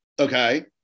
Okay